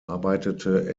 arbeitete